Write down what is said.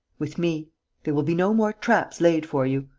with me there will be no more traps laid for you.